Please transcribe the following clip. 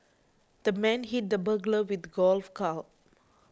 the man hit the burglar with a golf club